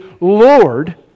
Lord